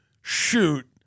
shoot